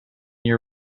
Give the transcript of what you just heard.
year